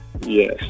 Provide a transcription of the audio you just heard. Yes